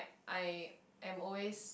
I am always